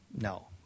No